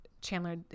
Chandler